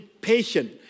patient